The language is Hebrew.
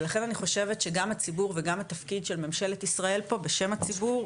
ולכן אני חושבת שגם הציבור וגם התפקיד של ממשלת ישראל פה בשם הציבור,